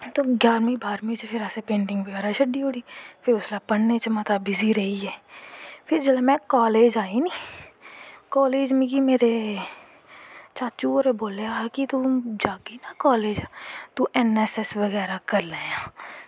ते ग्यारमीं बाह्रमीं च असैं पेंटिंग छड्डी ओड़ी फ्ही अस पढ़नैं च बिज़ी होई गे फिर जिसलै में कालेज़ आई नी मिगी मेरे चाचू होरें बोल्लेआ हा ना तूं जह्गी कालेज़ तूं ऐन ऐस ऐस बगैरा करी लैयां